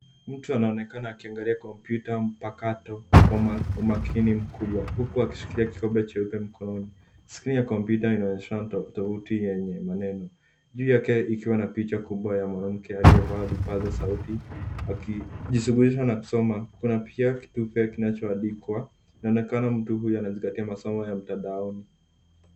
Mtu anaonekana akiangalia kompyuta mpakato kwa umakini mkubwa huku akishikilia kikombe cheupe mkononi. Skrini ya kompyuta inaonyesha tovuti yenye maneno, juu yake ikiwa na picha kubwa ya mwanamke aliyevaa vipaza sauti akijishughulisha na kusoma. Kuna picha cheupe kinachoandikwa. Inaonekana mtu huyu anazingatia masomo ya mtandaoni.